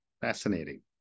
Fascinating